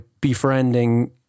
befriending